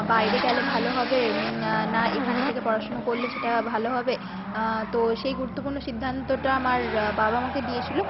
বাইরে গেলে ভালো হবে না এখানে থেকে পড়াশোনা করলে সেটা ভালো হবে তো সেই গুরুত্বপূর্ণ সিদ্ধান্তটা আমার বাবা আমাকে দিয়েছিল